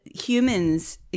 humans